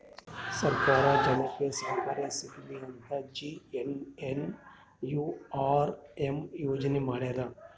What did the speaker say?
ಸರ್ಕಾರ ಜನಕ್ಕೆ ಸೌಕರ್ಯ ಸಿಗಲಿ ಅಂತ ಜೆ.ಎನ್.ಎನ್.ಯು.ಆರ್.ಎಂ ಯೋಜನೆ ಮಾಡ್ಯಾರ